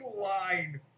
line